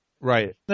Right